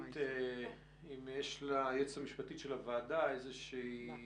לכן זה דורש בדיקה זהירה שאם הוועדה מבקשת נעשה אותה,